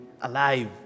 alive